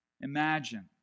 Imagine